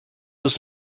could